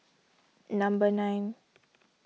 number nine